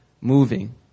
moving